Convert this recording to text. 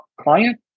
client